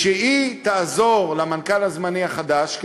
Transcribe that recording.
והיא תעזור למנכ"ל הזמני החדש,